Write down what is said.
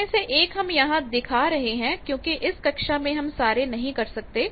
उनमें से एक हम यहां दिखा रहे हैं क्योंकि इस कक्षा में हम सारे नहीं कर सकते